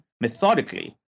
methodically